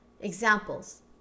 Examples